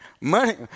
Money